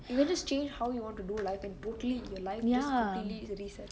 you can just change how you want to do life and totally your life is completely reset